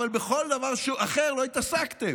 אבל בכל דבר אחר לא התעסקתם.